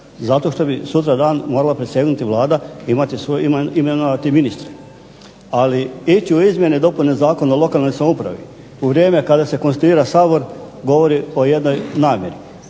zato što bi sutradan morala prisegnuti Vlada imenovati ministre, ali ići u izmjene i dopune Zakona o lokalnoj samoupravi, u vrijeme kada se konstituira Sabor govori o jednoj namjeri.